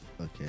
Okay